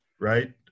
right